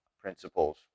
principles